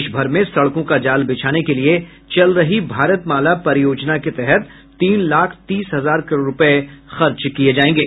देश भर में सड़कों का जाल बिछाने के लिये चल रही भारतमाला परियोजना के तहत तीन लाख तीस हजार करोड़ रूपये खर्च किये जायेंगे